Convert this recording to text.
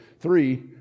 Three